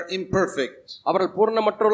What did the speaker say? imperfect